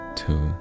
two